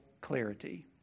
clarity